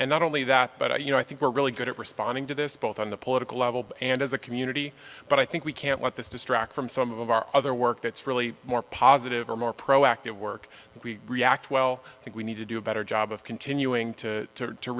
and not only that but i you know i think we're really good at responding to this both on the political level and as a community but i think we can't let this distract from some of our other work that's really more positive or more proactive work that we react well i think we need to do a better job of continuing to to